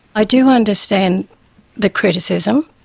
i do understand the criticism.